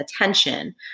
attention